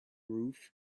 roof